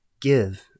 Give